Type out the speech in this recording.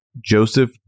Joseph